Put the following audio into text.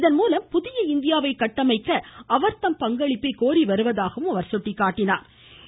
இதன்மூலம் புதிய இந்தியாவை கட்டமைக்க அவர் தம் பங்களிப்பை கோரிவருவதாகவும் எடுத்துரைத்தாா்